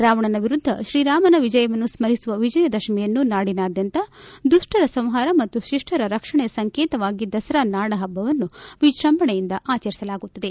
ರಾವಣನ ವಿರುದ್ದ ಶ್ರೀರಾಮನ ವಿಜಯವನ್ನು ಸ್ಥರಿಸುವ ವಿಜಯದಶಮಿಯನ್ನು ನಾಡಿನಾದ್ಲಂತ ದುಷ್ಷರ ಸಂಹಾರ ಮತ್ತು ಶಿಷ್ಟರ ರಕ್ಷಣೆಯ ಸಂಕೇತವಾಗಿ ದಸರಾ ನಾಡಹಬ್ಬವನ್ನು ವಿಜೃಂಭಣೆಯಿಂದ ಆಚರಿಸಲಾಗುತ್ತಿದೆ